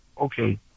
okay